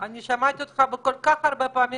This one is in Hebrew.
אני מבחינתי עובד מהר יותר מכל